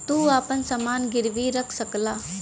तू आपन समान गिर्वी रख सकला